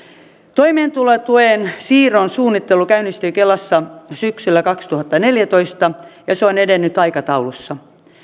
toimeentulotuen siirron suunnittelu käynnistyi kelassa syksyllä kaksituhattaneljätoista ja se on edennyt aikataulussa